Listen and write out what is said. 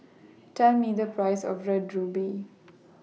Tell Me The Price of Red Ruby